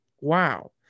Wow